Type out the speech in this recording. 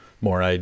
more